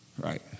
right